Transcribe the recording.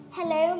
Hello